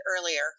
earlier